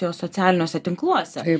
socialiniuose tinkluose